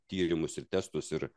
tyrimus ir testus ir